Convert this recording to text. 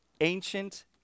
ancient